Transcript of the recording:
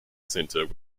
centre